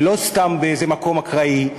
ולא סתם באיזה מקום אקראי,